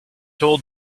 told